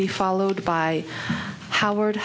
be followed by howard